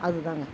அதுதாங்க